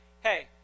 hey